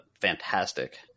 fantastic